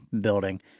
building